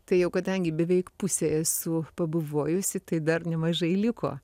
tai jau kadangi beveik pusė esu pabuvojusi tai dar nemažai liko